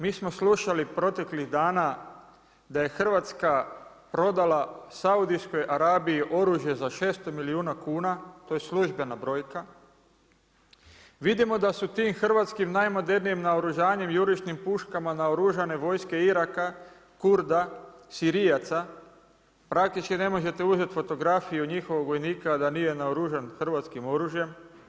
Mi smo slušali proteklih dana da je Hrvatska prodala Saudijskoj Arabiji oružje za 600 milijuna kuna, to je službena brojka, vidimo da su tim hrvatskim najmodernijim naoružanjem, jurišnim puškama naoružane vojske Iraka, Kurda, Sirijaca praktički ne možete uzeti fotografiju njihovog vojnika, a da nije naoružan hrvatskim oružjem.